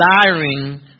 desiring